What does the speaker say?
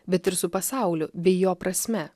bet ir su pasauliu bei jo prasme